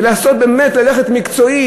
וללכת מקצועי,